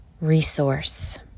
resource